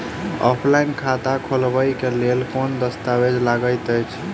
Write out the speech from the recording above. Online खाता खोलबय लेल केँ दस्तावेज लागति अछि?